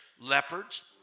leopards